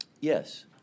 Yes